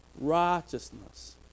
righteousness